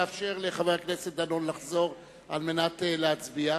לאפשר לחבר הכנסת דנון לחזור על מנת להצביע.